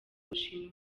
bushinwa